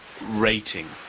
rating